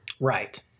Right